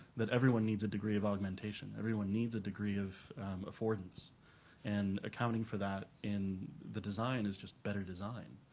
that everyone needs a degree of augmentation. everyone needs a degree of affordance and accounting for that in the design is just better design.